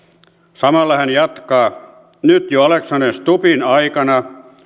samalla hän jatkaa nyt jo alexander stubbin aikana